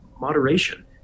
moderation